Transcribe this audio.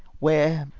where,